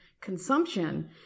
consumption